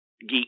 geek